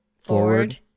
Forward